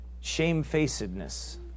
Shamefacedness